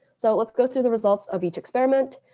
so let's go through the results of each experiment.